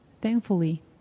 Thankfully